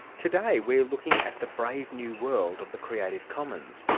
today we're looking at the brave new world of the creative commons,